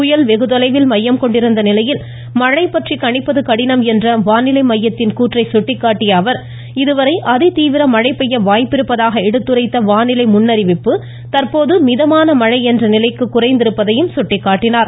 புயல் வெகுதொலைவில் மையம் கொண்டிருந்த நிலையில் மழை பற்றி கணிப்பது கடினம் என்ற வானிலை மையத்தின் கூற்றை சுட்டிக்காட்டிய அவர் இதுவரை அதிதீவிர மழை பெய்ய வாய்ப்பிருப்பதாக எடுத்துரைத்த வானிலை முன்னறிவிப்பு தற்போது மிதமான மழை என்ற நிலைக்கு குறைந்திருப்பதையும் அவர் சுட்டிகாட்டியுள்ளார்